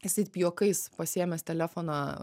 jis taip juokais pasiėmęs telefoną